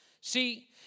See